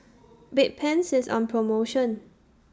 Bedpans IS on promotion